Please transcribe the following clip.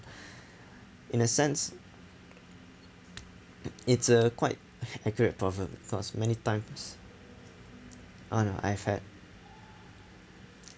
in a sense it's a quite accurate problem because many times on I've had